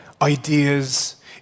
ideas